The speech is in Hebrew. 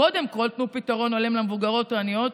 קודם תנו פתרון הולם למבוגרות העניות.